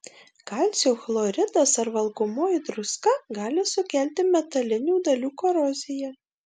kalcio chloridas ar valgomoji druska gali sukelti metalinių dalių koroziją